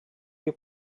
your